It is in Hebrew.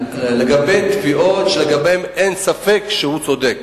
לגבי תביעות שלגביהן אין ספק שהוא צודק.